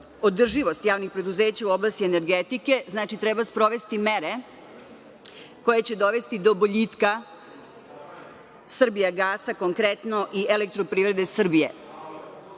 održivost javnih preduzeća u oblasti energetike, treba sprovesti mere koje će dovesti do boljitka „Srbija gasa“ konkretno i Elektroprivrede Srbije.